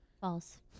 False